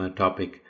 topic